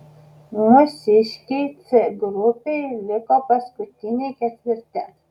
mūsiškiai c grupėje liko paskutiniai ketvirti